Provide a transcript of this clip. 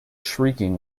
shrieking